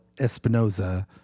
espinoza